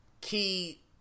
key